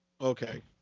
Okay